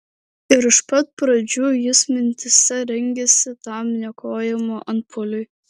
ir iš pat pradžių jis mintyse rengėsi tam niokojimo antpuoliui